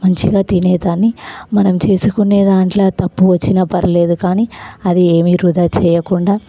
మంచిగా తినేదాన్ని మనం చేసుకునే దాంట్లో తప్పు వచ్చిన పర్లేదు కాని అది ఏమి వృధా చెయ్యకుండా